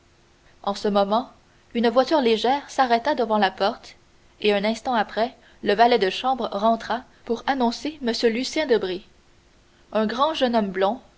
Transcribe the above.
en ce moment une voiture légère s'arrêta devant la porte et un instant après le valet de chambre rentra pour annoncer m lucien debray un grand jeune homme blond